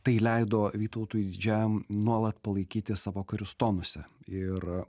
tai leido vytautui didžiajam nuolat palaikyti savo karius tonuse ir